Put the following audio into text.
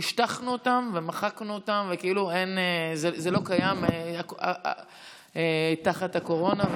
השטחנו אותן ומחקנו אותן וכאילו זה לא קיים תחת הקורונה.